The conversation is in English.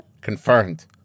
Confirmed